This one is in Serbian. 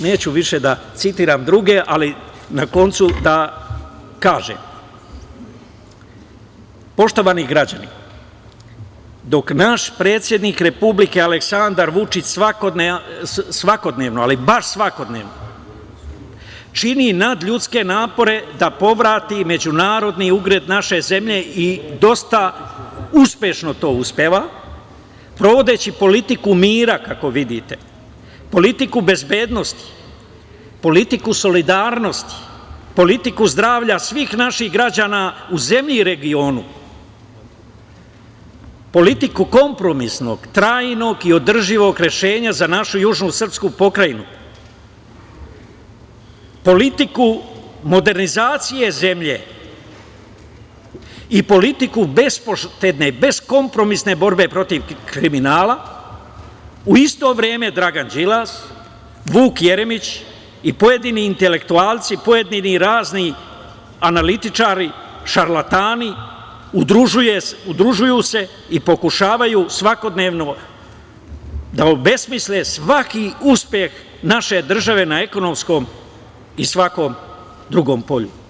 Neću više da citiram druge, ali na koncu da kažem, poštovani građani, dok naš predsednik Republike Aleksandar Vučić svakodnevno, ali baš svakodnevno čini nadljudske napore da povrati međunarodni ugled naše zemlje i dosta uspešno to uspeva, provodeći politiku mira, kako vidite, politiku bezbednosti, politiku solidarnosti, politiku zdravlja svih naših građana u zemlji i regionu, politiku kompromisnog, trajnog i održivog rešenja za našu južnu srpsku pokrajinu, politiku modernizacije zemlje i politiku bespoštedne, beskompromisne borbe protiv kriminala, u isto vreme Dragan Đilas, Vuk Jeremić i pojedini intelektualci, pojedini razni analitičari, šarlatani, udružuju se i pokušavaju svakodnevno da obesmisle svaki uspeh naše države na ekonomskom i svakom drugom polju.